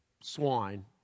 swine